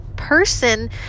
person